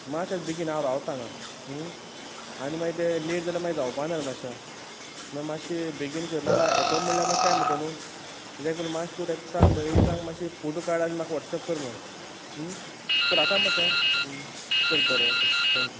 माश्शा बेगीन हांव रावता हांगां आनी माय तें लेट जाल्या माय जावपा ना रे माश्शा म्हुणू माश्शें बेगीन कर नाल्या येतो म्हळ्ळ्या माय टायम वतो न्हू तेज्या एक पयलें माश्श तूं तेक सांग भयणी सांग माश्शे फोटो काड आनी म्हाका वॉट्सॅप कर म्हुणून चल आतांत माश्शें आ चल बरें ओके थँक्यू